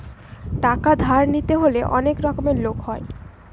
টাকা ধার নিতে হলে অনেক রকমের লোক হয়